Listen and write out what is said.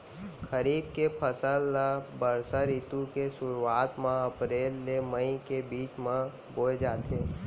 खरीफ के फसल ला बरसा रितु के सुरुवात मा अप्रेल ले मई के बीच मा बोए जाथे